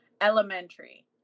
elementary